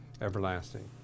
everlasting